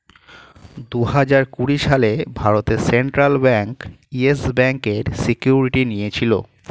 দুহাজার কুড়ি সালে ভারতের সেন্ট্রাল ব্যাঙ্ক ইয়েস ব্যাঙ্কের সিকিউরিটি নিয়েছিল